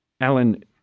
Alan